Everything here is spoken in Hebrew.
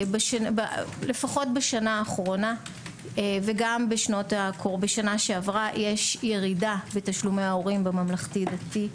לפחות בשנה האחרונה וגם בשנה שעברה יש ירידה בתשלומי הורים בממלכתי דתי.